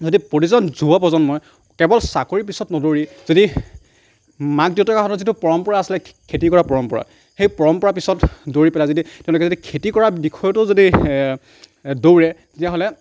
যদি প্ৰতিজন যুৱ প্ৰজন্মই কেৱল চাকৰিৰ পিছত নদৌৰি যদি মাক দেউতাকহঁতৰ যিটো পৰম্পৰা আছিলে খেতি কৰা পৰম্পৰা সেই পৰম্পৰাৰ পিছত দৌৰি পেলাই যদি তেওঁলোকে যদি খেতি কৰা দিশতো যদি দৌৰে তেতিয়াহ'লে